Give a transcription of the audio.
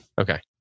Okay